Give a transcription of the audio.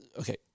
Okay